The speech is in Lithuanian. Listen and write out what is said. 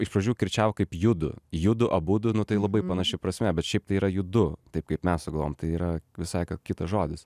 iš pradžių kirčiavo kaip judu judu abudu nu tai labai panaši prasmė bet šiaip tai yra judu taip kaip mes sugalvojom tai yra visai ką kitas žodis